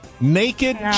Naked